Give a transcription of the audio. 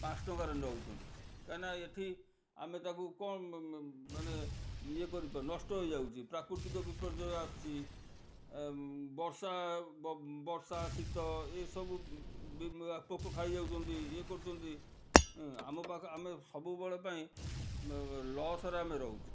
ପାଞ୍ଚ ଟଙ୍କାରେ ନେଉଛନ୍ତି କାହିଁକିନା ଏଠି ଆମେ ତାକୁ କ'ଣ ମାନେ ଇଏ କରିବା ନଷ୍ଟ ହୋଇଯାଉଛି ପ୍ରାକୃତିକ ବିପର୍ଯ୍ୟୟ ଆସୁଛି ବର୍ଷା ବର୍ଷା ଶୀତ ଏସବୁ ପୋକ ଖାଇଯାଉଛନ୍ତି ଇଏ କରୁଛନ୍ତି ଇଁ ଆମ ପାଖରେ ଆମେ ସବୁବେଳ ପାଇଁ ଲସ୍ରେ ଆମେ ରହୁଛୁ